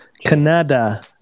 Canada